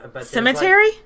Cemetery